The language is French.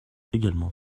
également